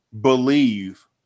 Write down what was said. believe